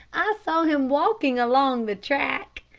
i saw him walking along the track.